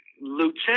lieutenant